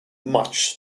much